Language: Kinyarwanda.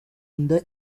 inda